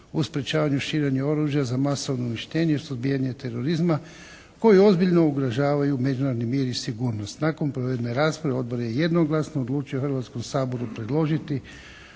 u sprječavanju širenja oružja za masovno uništenje i suzbijanje terorizma koji ozbiljno ugrožavaju međunarodni mir i sigurnost. Nakon provedene rasprave Odbor je jednoglasno odlučio Hrvatskom saboru predložiti